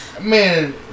Man